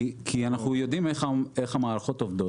אנחנו יודעים איך המערכות עובדות.